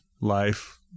life